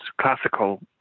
classical